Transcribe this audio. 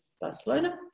Barcelona